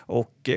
och